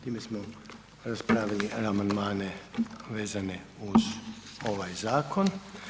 Time smo raspravili amandmane vezane uz ovaj zakon.